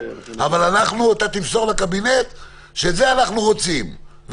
אבל אתה תמסור לקבינט שאת זה אנחנו רוצים,